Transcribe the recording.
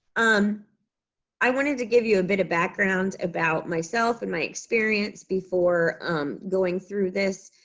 um i wanted to give you a bit of background about myself and my experience before going through this.